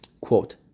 Quote